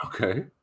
Okay